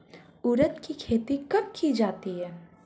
उड़द की खेती कब की जाती है?